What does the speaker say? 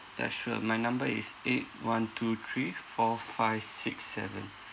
ya sure my number is eight one two three four five six seven